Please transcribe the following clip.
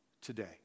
today